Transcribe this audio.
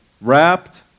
wrapped